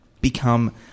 become